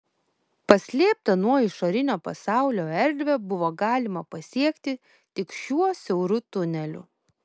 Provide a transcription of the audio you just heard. paslėptą nuo išorinio pasaulio erdvę buvo galima pasiekti tik šiuo siauru tuneliu